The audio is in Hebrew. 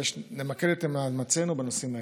נמקד את מאמצינו בנושאים האלה.